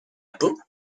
peau